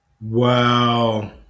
Wow